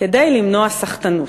כדי למנוע סחטנות.